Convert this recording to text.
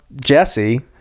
Jesse